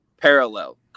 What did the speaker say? parallel